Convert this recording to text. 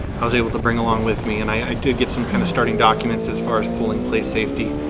i was able to bring along with me and i did get some kind of starting documents as far as polling place safety.